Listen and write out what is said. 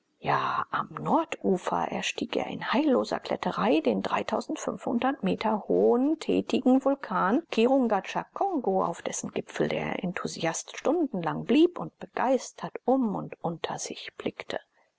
am nordufer erstieg er in heilloser kletterei den meter hohen tätigen vulkan kirunga tsha gongo auf dessen gipfel der enthusiast stundenlang blieb und begeistert um und unter sich blickte